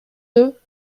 deux